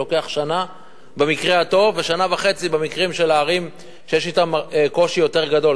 לוקח שנה במקרה הטוב ושנה וחצי במקרה של הערים שיש אתן קושי יותר גדול.